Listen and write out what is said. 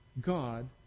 God